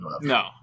no